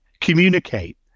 communicate